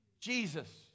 Jesus